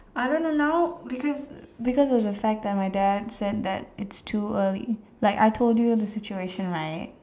I don't know now because because of the fact that my dad said that it's too early like I told you the situation right